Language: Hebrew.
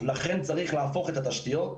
לכן צריך להפוך את התשתיות.